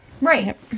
Right